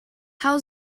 how